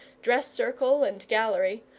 dress-circle, and gallery,